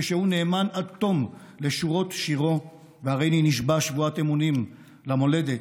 כשהוא נאמן עד תום לשורות שירו: "הריני נשבע שבועת אמונים / למולדת,